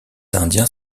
indiens